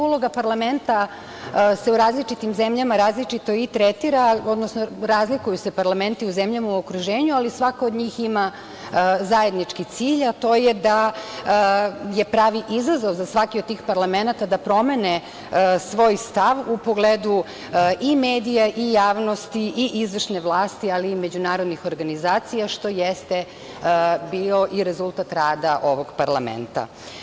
Uloga parlamenta se u različitim zemljama različito i tretira, odnosno razlikuju se parlamenti u zemljama u okruženju, ali svaka od njih ima zajednički cilj, a to je da je pravi izazov za svaki od tih parlamenata da promene svoj stav u pogledu i medija i javnosti i izvršne vlasti, ali i međunarodnih organizacija, što jeste bio i rezultat rada ovog parlamenta.